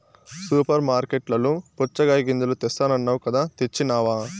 super మార్కట్లలో పుచ్చగాయ గింజలు తెస్తానన్నావ్ కదా తెచ్చినావ